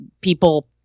people